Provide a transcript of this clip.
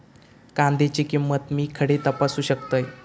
कांद्याची किंमत मी खडे तपासू शकतय?